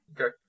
Okay